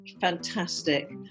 Fantastic